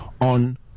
on